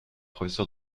professeur